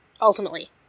ultimately